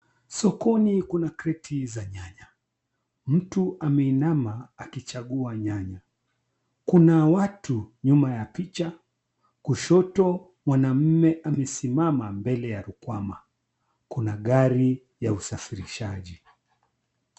Sokoni kuna kreti za nyanya. Mtu ameinama akichagua nyanya. Kuna watu nyuma ya picha. Kushoto mwanamme amesimama mbele ya rukwama. Kuna gari ya usafirishaji.